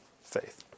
faith